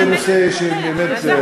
זה נושא שבאמת,